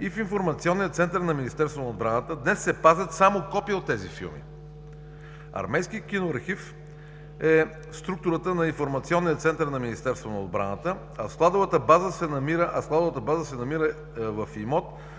и в Информационния център на Министерство на отбраната днес се пазят само копия от тези филми. Армейският киноархив е структурата на Информационния център на Министерство на отбраната, а складовата база се намира в имот в